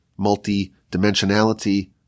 multi-dimensionality